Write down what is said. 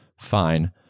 fine